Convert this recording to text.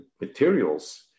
materials